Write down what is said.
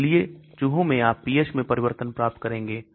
इसलिए चूहों में आप pH मैं परिवर्तन प्राप्त करेंगे